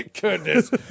goodness